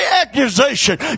accusation